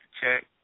Check